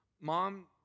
Mom